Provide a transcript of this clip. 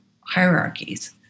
hierarchies